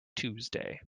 tuesday